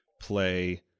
play